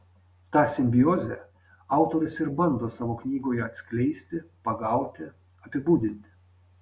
tą simbiozę autorius ir bando savo knygoje atskleisti pagauti apibūdinti